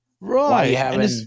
Right